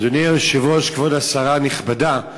אדוני היושב-ראש, כבוד השרה הנכבדה,